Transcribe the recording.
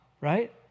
Right